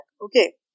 Okay